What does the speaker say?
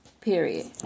Period